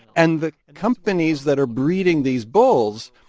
and the companies that are breeding these bulls,